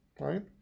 right